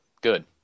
Good